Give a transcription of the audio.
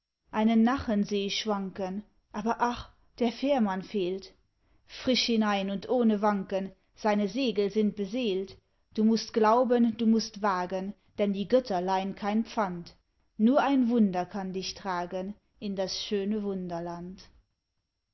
einen nachen seh ich schwanken aber ach der fährmann fehlt frisch hinein und ohne wanken seine segel sind beseelt du mußt glauben du mußt wagen denn die götter leihn kein pfand nur ein wunder kann dich tragen in das schöne wunderland